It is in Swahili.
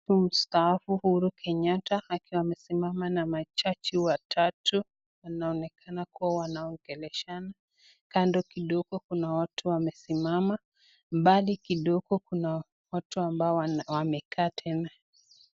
Mstaafu Uhuru Kenyatta akiwa amesimama na majaji watatu, wanaonekana kuwa wanaongeleshana. Kando kidogo kuna watu wamesimama, mbali kidogo kuna watu ambao wamekaa tena.